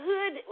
Hood